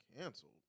canceled